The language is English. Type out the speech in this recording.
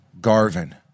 Garvin